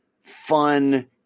fun